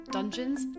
Dungeons